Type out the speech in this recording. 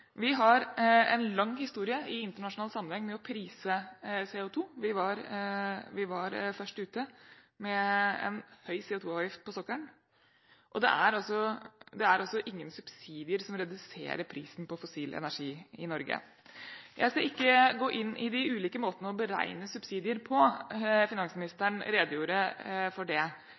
Vi har en lang historie i internasjonal sammenheng med å prise CO2. Vi var først ute med en høy CO2-avgift på sokkelen, og det er altså ingen subsidier som reduserer prisen på fossil energi i Norge. Jeg skal ikke gå inn i de ulike måtene å beregne subsidier på – finansministeren redegjorde for det